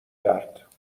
کرد